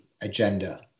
agenda